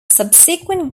subsequent